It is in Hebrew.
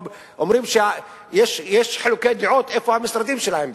יש חילוקי דעות איפה המשרדים שלהם בכלל.